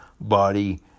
body